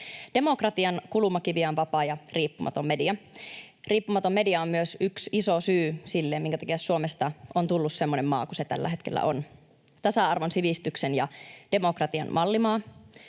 Demokratian kulmakivi on vapaa ja riippumaton media. Riippumaton media on myös yksi iso syy sille, minkä takia Suomesta on tullut semmoinen maa kuin se tällä hetkellä on: tasa-arvon, sivistyksen ja demokratian mallimaa.